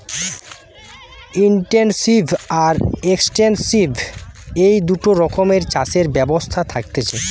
intensive আর extensive এই দুটা রকমের চাষের ব্যবস্থা থাকতিছে